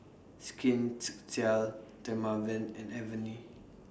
Skin Dermaveen and Avene